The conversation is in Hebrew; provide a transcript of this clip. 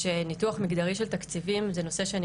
ניתוח מגדרי של תקציבים זה נושא שאני